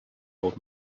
old